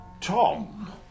Tom